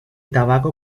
tabaco